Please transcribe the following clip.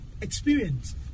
experience